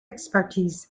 expertise